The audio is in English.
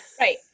Right